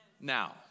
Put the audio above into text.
now